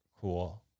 cool